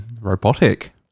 robotic